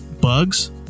Bugs